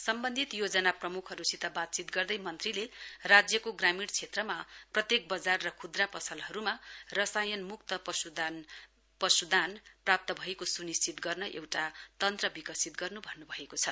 सम्बन्धित योजना प्रमुखहरूसित बातचीत गर्दै मन्त्रीले राज्यको ग्रामीण क्षेत्रका प्रत्येक बजार र खुद्रा पसलहरूमा रसायनमुक्त पशुदाना प्राप्त भएको सुनिश्चित गर्न एउटा तन्त्र विकसित गर्नु भन्नुभएको छ